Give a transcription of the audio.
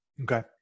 Okay